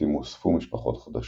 ולעיתים הוספו משפחות חדשות.